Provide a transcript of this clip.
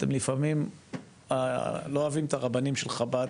אתם לפעמים לא אוהבים את הרבנים של חב"ד,